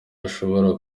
hashobora